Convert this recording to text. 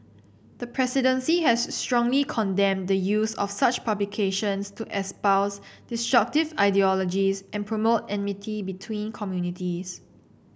the presidency has strongly condemned the use of such publications to espouse destructive ideologies and promote enmity between communities